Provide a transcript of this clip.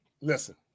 Listen